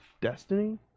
Destiny